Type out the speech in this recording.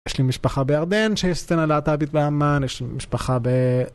יש לי משפחה בירדן, שיש סצנה להט"בית בעמאן, יש לי משפחה ב...